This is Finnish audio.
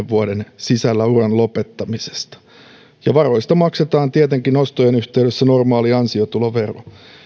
vuoden sisällä uran lopettamisesta ja varoista maksetaan tietenkin nostojen yhteydessä normaali ansiotulovero